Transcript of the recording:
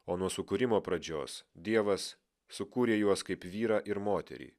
o nuo sukūrimo pradžios dievas sukūrė juos kaip vyrą ir moterį